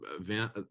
event